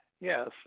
Yes